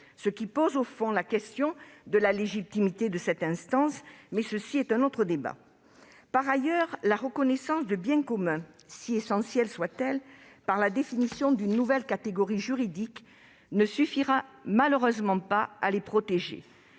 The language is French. ce qui pose, au fond, la question de la légitimité de cette instance. Mais il s'agit d'un autre débat ... Par ailleurs, la reconnaissance de « biens communs », si essentielle soit-elle, par la définition d'une nouvelle catégorie juridique, ne suffira malheureusement pas à les protéger.